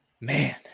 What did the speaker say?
man